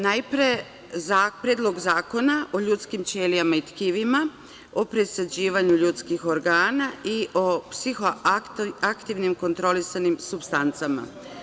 Najpre, Predlog zakona o ljudskim ćelijama i tkivima, o presađivanju ljudskih organa i o psihoaktivnim kontrolisanim supstancama.